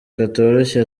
katoroshye